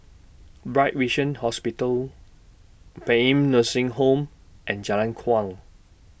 Bright Vision Hospital Paean Nursing Home and Jalan Kuang